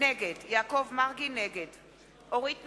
נגד אורית נוקד,